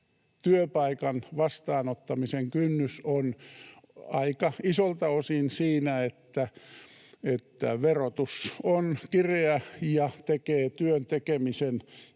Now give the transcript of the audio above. työpaikan vastaanottamisen kynnys on aika isolta osin siinä, että verotus on kireä ja tekee työn tekemisen,